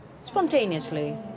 spontaneously